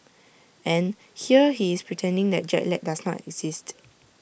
and here he is pretending that jet lag does not exist